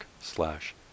slash